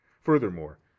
furthermore